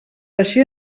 així